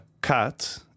cut